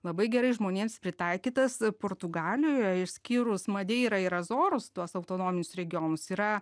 labai gerai žmonėms pritaikytas portugalijoj išskyrus madeirą ir azorus tuos autonominius regionus yra